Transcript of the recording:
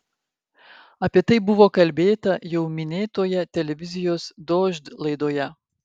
apie tai buvo kalbėta jau minėtoje televizijos dožd laidoje